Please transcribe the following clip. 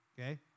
okay